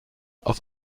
auf